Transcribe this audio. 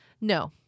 No